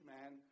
man